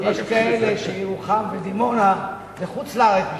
יש כאלה שירוחם ודימונה זה חוץ-לארץ בשבילם,